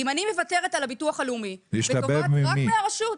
אם אני מוותרת על הביטוח הלאומי ותובעת רק מהרשות.